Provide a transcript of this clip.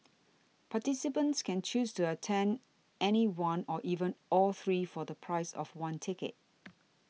participants can choose to attend any one or even all three for the price of one ticket